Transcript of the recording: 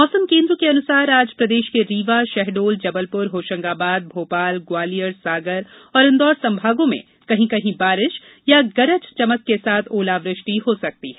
मौसम केन्द्र के अनुसार आज प्रदेश के रीवा शहडोल जबलपुर होशंगाबाद भोपाल ग्वालियर सागर और इंदौर संभागों में कहीं कहीं बारिश या गरज चमक के साथ ओलावृष्टि हो सकती है